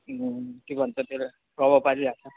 के भन्छ त्यसलाई प्रभाव पारिरहेको छ